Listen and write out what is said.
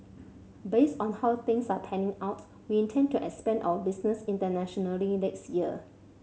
based on how things are panning out we intend to expand our business internationally next year